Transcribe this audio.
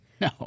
No